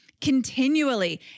continually